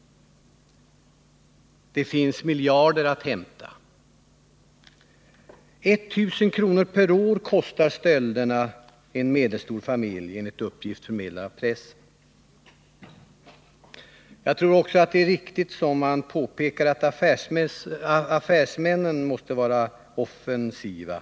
Det finns miljarder att hämta. 1 000 kr. per år kostar stölderna en medelstor familj, enligt uppgift förmedlad av pressen. Jag tror att det är riktigt som man påpekar att affärsmännen måste vara offensiva.